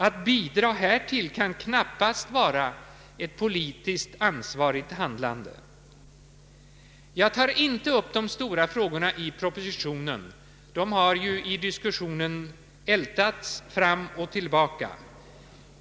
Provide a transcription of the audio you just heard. Att bidra härtill kan knappast vara ett politiskt ansvarigt handlande. Jag tar inte upp de stora frågorna i propositionen. De har i diskussionen ältats fram och tillbaka.